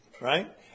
right